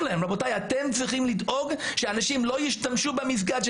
להם שהם צריכים לדאוג לכך שאנשים לא ישתמשו במסגד.